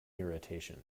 irritation